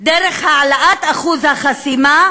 דרך העלאת אחוז החסימה,